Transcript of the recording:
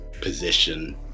position